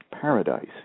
paradise